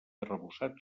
arrebossat